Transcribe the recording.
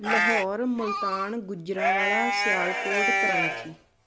Lahore Multan Gujranwala Sialkot crunchy